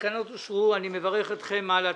הצבעה בעד,